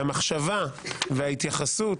והמחשבה וההתייחסות,